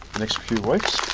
next few weeks,